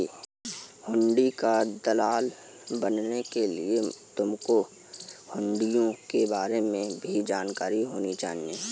हुंडी का दलाल बनने के लिए तुमको हुँड़ियों के बारे में भी जानकारी होनी चाहिए